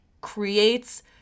creates